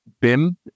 BIM